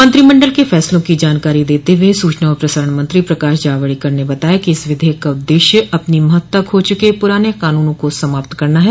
मंत्रिमंडल के फैसलों की जानकारी देते हुए सूचना और प्रसारण मंत्रो प्रकाश जावड़ेकर ने बताया कि इस विधेयक का उद्देश्य अपनी महत्ता खो चुके पुराने कानूनों को समाप्त करना है